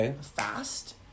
fast